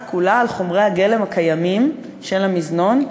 כולה על חומרי הגלם הקיימים של המזנון,